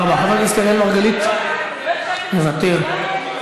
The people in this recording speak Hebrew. תודה רבה.